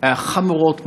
חמורות מאוד.